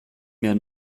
mir